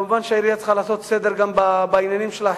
ברור שהעירייה צריכה לעשות סדר גם בעניינים שלה,